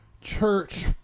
church